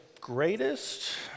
greatest